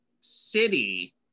city